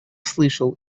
слышал